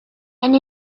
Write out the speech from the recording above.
and